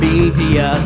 Media